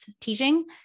teaching